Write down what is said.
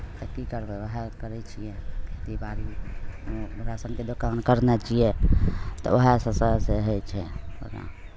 की करबै उएह करै छियै खेती बाड़ी राशनके दोकान करने छियै तऽ उएहसँ सभ से होइ छै कोना